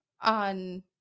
on